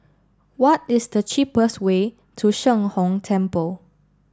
what is the cheapest way to Sheng Hong Temple